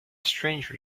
stranger